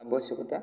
ଆବଶ୍ୟକତା